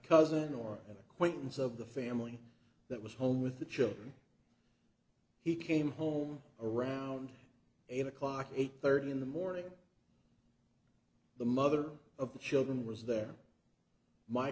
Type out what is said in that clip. cousin or an acquaintance of the family that was home with the children he came home around eight o'clock eight thirty in the morning the mother of the children was there my